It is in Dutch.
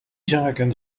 zaken